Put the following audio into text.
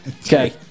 Okay